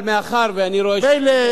מילא צריכים,